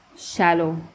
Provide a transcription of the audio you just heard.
shallow